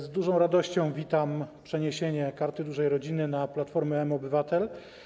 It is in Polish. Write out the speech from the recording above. Z dużą radością witam przeniesienie Karty Dużej Rodziny na platformę mObywatel.